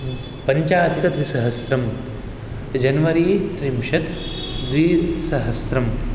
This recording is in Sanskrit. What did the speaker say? पञ्चाधिकद्विसहस्रं जन्वरी त्रिंशत् द्विसहस्रं